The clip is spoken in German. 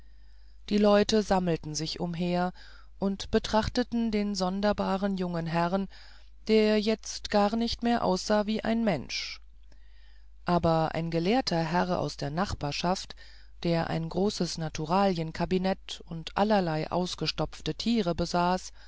die leute sammelten sich umher und betrachteten den sonderbaren jungen herrn der jetzt gar nicht mehr aussah wie ein mensch aber ein gelehrter herr aus der nachbarschaft der ein großes naturalienkabinett und allerlei ausgestopfte tiere besaß